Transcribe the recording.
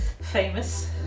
Famous